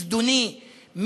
זדוני,